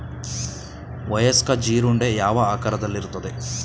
ವಯಸ್ಕ ಜೀರುಂಡೆ ಯಾವ ಆಕಾರದಲ್ಲಿರುತ್ತದೆ?